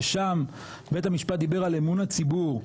ששם בית המשפט דיבר על אמון הציבור,